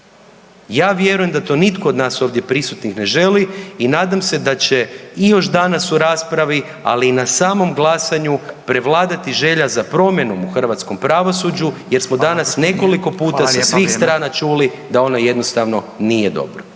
Ja vjerujem da to nitko od nas ovdje prisutnih ne želi i nadam se da će i još danas u raspravi ali i na samom glasanju prevladati želja za promjenom u hrvatskom pravosuđu jer smo danas nekoliko puta …/Upadica: Hvala lijepa, vrijeme./… sa svih strana čuli da ono jednostavno nije dobro.